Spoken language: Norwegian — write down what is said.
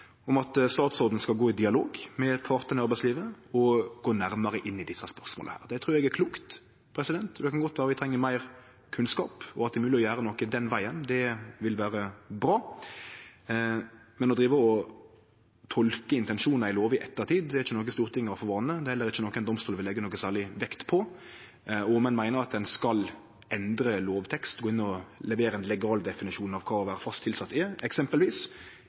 dialog med partane i arbeidslivet og gå nærmare inn i desse spørsmåla. Det trur eg er klokt. Det kan godt vere at vi treng meir kunnskap, og at det er mogleg å gjere noko den vegen. Det vil vere bra, men å drive og tolke intensjonar i lover i ettertid er ikkje noko Stortinget har for vane, og det er heller ikkje noko ein domstol vil leggje særleg vekt på. Om ein meiner at ein skal endre lovteksten, gå inn og levere ein legaldefinisjon eksempelvis av kva fast tilsetjing er, ja, så må ein nok diskutere det. Men det er